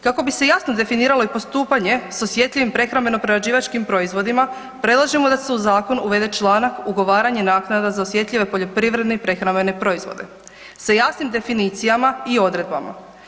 Kako bi se jasno definiralo i postupanje s osjetljivim prehrambeno-prerađivačkim proizvodima, predlažemo da se u zakon uvede članak ugovaranje naknada za osjetljive poljoprivredne i prehrambene proizvode sa jasnim definicijama i odredbama.